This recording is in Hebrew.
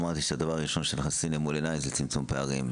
אמרתי שהדבר הראשון שאנחנו נשים מול העיניים זה צמצום הפערים.